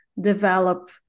develop